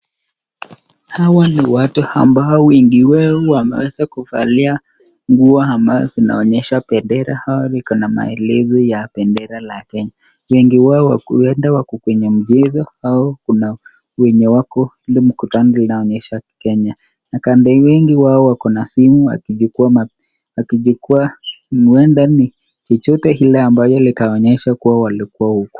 Hawa ni watu ambao wengi wao wameweza kuvalia nguo ambazo zinaonyesha bendera ama iko na maelezo ya bendera la Kenya. Wengi wao huenda wako kwenye michezo au kuna wenye wako ile mkutano inaoonyesha Kenya. Na kando wengi wao wako na simu wakichukua huenda ni chochote ile ambayo itaonyesha walikuwa huku.